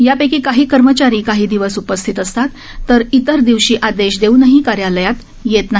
त्यापैकी काही कर्मचारी काही दिवस उपस्थित असतात तर इतर दिवशी आदेश देऊनही कार्यालयात येत नाही